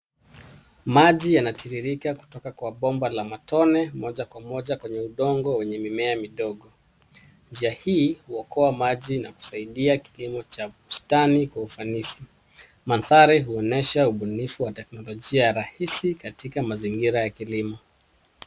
Maji yanatiririka kutoka kwa bomba la matone moja Kwa moja kwenye udongo wenye mimea midogo. Njia hii ina maji na kusaidia kipimo cha bustani kwa ufanisi. Mandari huonyesha ubunifu wa teknolojia halisi katika mazingira ya kilimo.